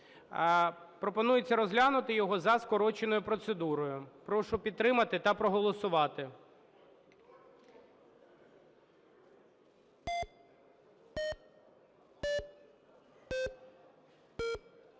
Пропонується розглянути його за скороченою процедурою. Прошу підтримати та проголосувати.